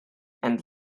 and